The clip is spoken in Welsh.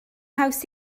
haws